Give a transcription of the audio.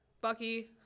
Bucky